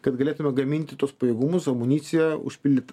kad galėtume gaminti tuos pajėgumus amuniciją užpildyt